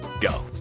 Go